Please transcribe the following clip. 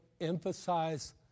emphasize